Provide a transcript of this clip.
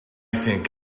think